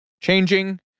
changing